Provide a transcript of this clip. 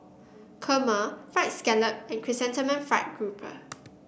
Kurma fried scallop and Chrysanthemum Fried Grouper